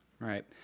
right